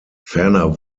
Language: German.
ferner